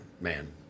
man